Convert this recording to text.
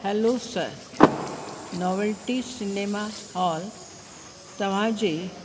hello sir Novelty cinema hall तव्हां जे